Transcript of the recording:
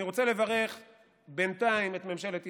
אני רוצה לברך בינתיים את ממשלת ישראל,